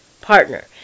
partner